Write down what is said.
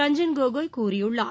ரஞ்சன் கோகாய் கூறியுள்ளார்